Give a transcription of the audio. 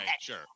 sure